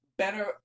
Better